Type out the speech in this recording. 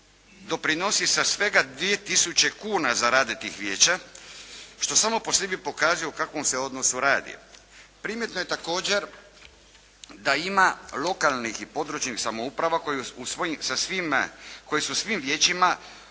doprinosi sa svega 2 tisuće kuna za rad tih vijeća što samo po sebi pokazuje o kakvom se odnosu radi. Primjedba je također da ima lokalnih i područnih samouprava koji su svim vijećima